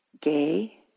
Gay